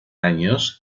años